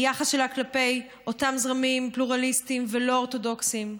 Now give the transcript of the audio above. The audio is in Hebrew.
מהיחס שלה כלפי אותם זרמים פלורליסטיים ולא אורתודוקסיים.